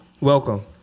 welcome